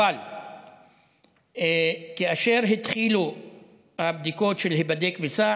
אבל כאשר התחילו הבדיקות של "היבדק וסע",